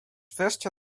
wreszcie